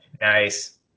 Nice